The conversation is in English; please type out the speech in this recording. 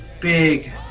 big